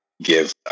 give